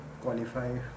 qualify